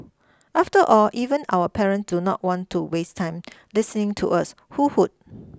after all even our parents do not want to waste time listening to us who would